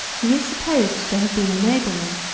he is supposed to have been a nobleman,